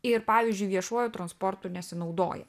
ir pavyzdžiui viešuoju transportu nesinaudoja